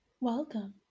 welcome